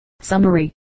Summary